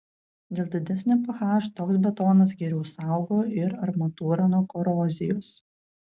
dėl didesnio ph toks betonas geriau saugo ir armatūrą nuo korozijos